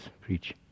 preach